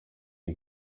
iyi